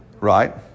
Right